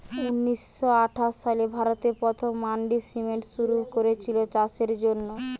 ঊনিশ শ আঠাশ সালে ভারতে প্রথম মান্ডি সিস্টেম শুরু কোরেছিল চাষের জন্যে